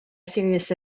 serious